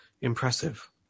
impressive